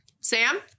Sam